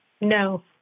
No